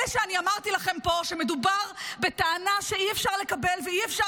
מילא שאני אמרתי לכם פה שמדובר בטענה שאי-אפשר לקבל ואי-אפשר